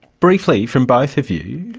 briefly, from both of you,